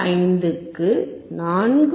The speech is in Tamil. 15 க்கு 4